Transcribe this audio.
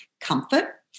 comfort